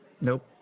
Nope